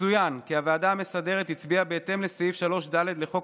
יצוין כי הוועדה המסדרת הצביעה בהתאם לסעיף 3(ד) לחוק